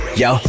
yo